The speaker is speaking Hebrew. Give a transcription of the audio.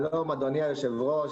שלום, אדוני היושב-ראש,